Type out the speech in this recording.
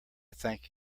thank